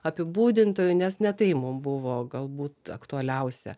apibūdintojų nes ne tai mum buvo galbūt aktualiausia